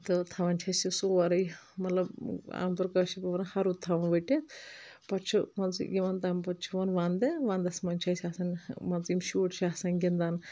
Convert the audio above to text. تہٕ تھاوان چھِ أسۍ یہِ سورُے مطلب عام طور کٲشر پٲٹھۍ ونن ہرُد تھاون ؤٹِتھ پتہٕ چھِ مان ژٕ یِوان تمہِ پتہٕ چھُ یِوان ونٛدٕ ونٛدس منٛز چھِ أسۍ آسان مان ژٕ یِم شُرۍ چھِ آسان گِنٛدان